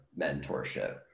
mentorship